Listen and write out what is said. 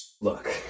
Look